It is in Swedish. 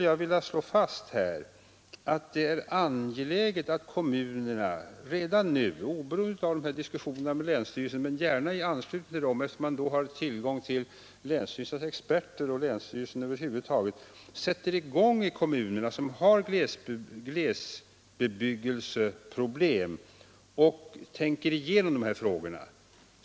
Jag vill slå fast att det är angeläget att de kommuner, som har glesbebyggelseproblem, redan nu och oberoende av diskussionerna med länsstyrelserna — men gärna i anslutning till dem, eftersom man då har kontakt med länsstyrelserna och tillgång till deras experter — tänker igenom dessa frågor.